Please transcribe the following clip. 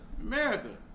America